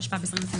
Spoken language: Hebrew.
התשפ"ב 2021